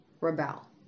rebel